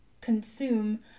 consume